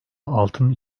altın